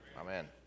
Amen